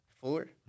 Four